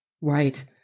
Right